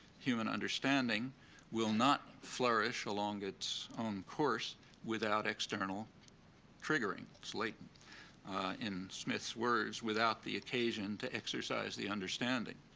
human understanding will not flourish along its own course without external triggering. it's like in smith's words, without the occasion to exercise the understanding,